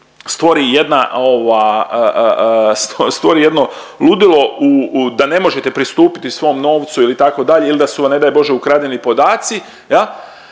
stvori jedno ludilo u, u da ne možete pristupiti svom novcu itd. ili da su vam ne daj Bože ukradeni podaci,